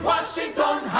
Washington